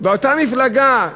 באותה מפלגה,